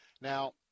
Now